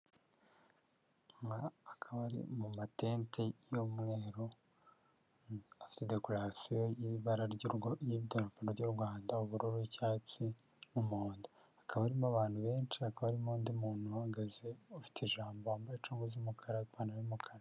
Aha akaba ari mu matente y'umweru afite dekorasiyo y'ibara ry'idarapo ry'u Rwanda ubururu, icyatsi n'umuhondo, hakaba harimo abantu benshi, hakaba harimo undi muntu uhagaze ufite ijambo wambaye congo z'umukara n'ipantaro y'umukara.